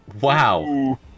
Wow